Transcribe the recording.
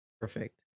Perfect